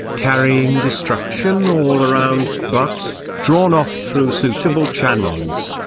carrying destruction all around but, drawn off through suitable channels,